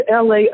LA